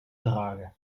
dragen